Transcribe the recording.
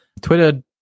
Twitter